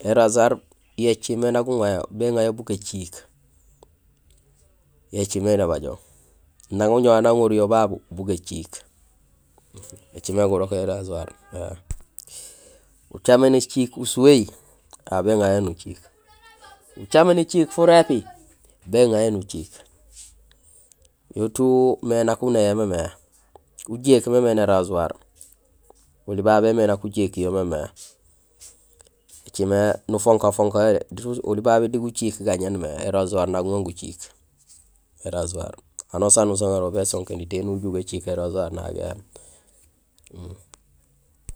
Ē rasoir yo écimé na guŋayo béŋayo bu gaciik; yo écimé nébajo. Nang uñoow aan aŋoruyo babu bu gaciik écimé gurok yo é rasoir éém. Ucaméén éciik usuwéhi aw béŋayo nuciik, ucaméén éciik furépi béŋayo nuciik. Yo tout mais nak unéyo mémé, ujéék mémé né rasoir. Oli babé mé nak ujéék yo mémé. Ēcimé nufonka fonka yo dé diit, oli babé di guciik gañéén mé; é raoir na guŋa guciik; é rasoir, anusaan nusongéné ho bésonkéni téé nuju gaciik né rasoir nagi éém